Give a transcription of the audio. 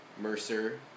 Mercer